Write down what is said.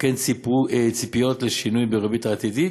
וכן ציפיות לשינוי בריבית העתידית.